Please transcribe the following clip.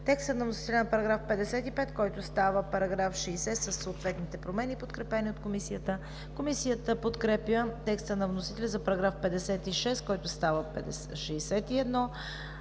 текста на вносителя на § 55, който става § 60 със съответните промени, подкрепени от Комисията; Комисията подкрепя текста на вносителя за § 56, който става §